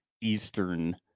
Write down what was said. Eastern